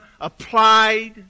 applied